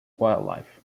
wildlife